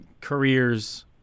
careers